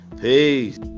Peace